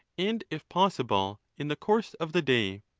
and if possible, in the course of the day.